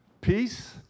peace